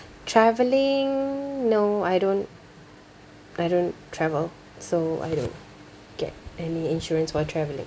travelling no I don't I don't travel so I don't get any insurance while travelling